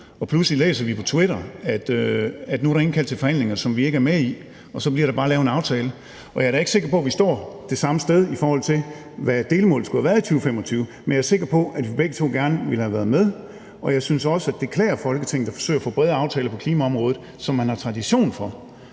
og pludselig læser vi på Twitter, at der nu er indkaldt til forhandlinger, som vi ikke er med i, og så bliver der bare lavet en aftale. Jeg er da ikke sikker på, at vi står det samme sted, i forhold til hvad delmålet skulle have været i 2025, men jeg er sikker på, at vi begge to gerne ville have været med. Jeg synes også, det klæder Folketinget at forsøge at få brede aftaler på klimaområdet, som man har tradition for.